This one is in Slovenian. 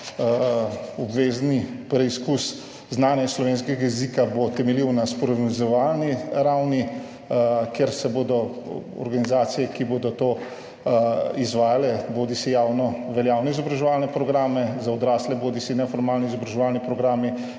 Obvezni preizkus znanja slovenskega jezika bo temeljil na sporazumevalni ravni, kjer bodo organizacije, ki bodo to izvajale, bodisi javno veljavni izobraževalni programi za odrasle bodisi neformalni izobraževalni programi